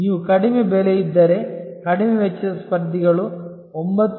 ನೀವು ಕಡಿಮೆ ಬೆಲೆಯಿದ್ದರೆ ಕಡಿಮೆ ವೆಚ್ಚದ ಸ್ಪರ್ಧಿಗಳು 9